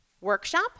workshop